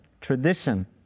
tradition